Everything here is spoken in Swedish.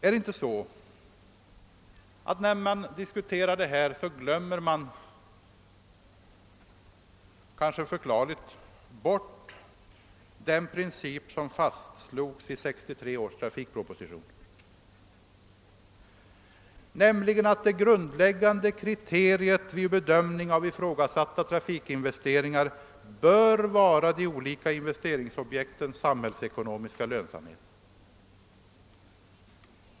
Jag vet inte om vi är oeniga beträffande principen. Men är det inte så att man vid skrivandet av en sådan reservation glömmer bort den princip som fastlades i 1963 års trafikproposition, nämligen att det grundläggande kriteriet vid bedömningen av ifrågasatta trafikinvesteringar bör vara de olika investeringsobjektens <:samhällsekonomiska lönsamhet?